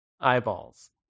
eyeballs